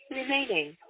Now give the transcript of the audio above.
remaining